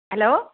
hello